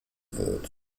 wird